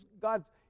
God's